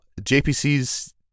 JPCs